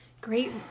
great